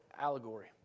allegory